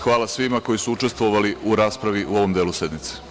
Hvala svima koji su učestvovali u raspravi u ovom delu sednice.